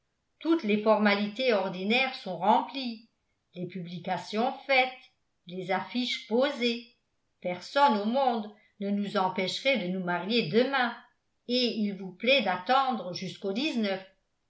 toutes les formalités ordinaires sont remplies les publications faites les affiches posées personne au monde ne nous empêcherait de nous marier demain et il vous plaît d'attendre jusqu'au